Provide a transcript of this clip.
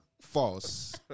False